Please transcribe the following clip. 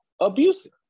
abusive